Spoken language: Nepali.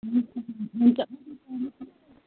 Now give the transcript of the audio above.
हुन्छ